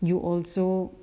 you also